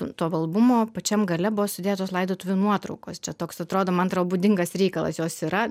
to albumo pačiam gale buvo sudėtos laidotuvių nuotraukos čia toks atrodo man atrodo būdingas reikalas jos yra